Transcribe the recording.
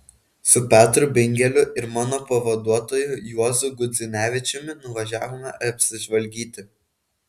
su petru bingeliu ir mano pavaduotoju juozu gudzinevičiumi nuvažiavome apsižvalgyti